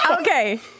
Okay